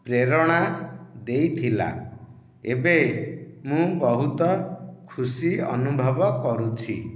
ପ୍ରେରଣା ଦେଇଥିଲା ଏବେ ମୁଁ ବହୁତ ଖୁସି ଅନୁଭବ କରୁଛି